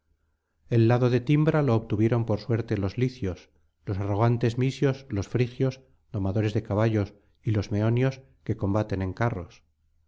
el lado de timbra lo obtuvieron por suerte los licios los arrogantes misios los frigios domadores de caballos y los meonios que combaten en carros